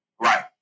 Right